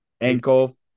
Ankle